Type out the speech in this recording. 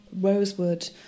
rosewood